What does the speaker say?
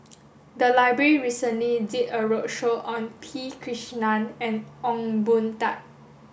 the library recently did a roadshow on P Krishnan and Ong Boon Tat